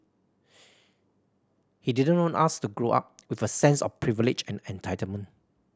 he didn't want us to grow up with a sense of privilege and entitlement